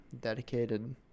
dedicated